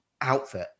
outfit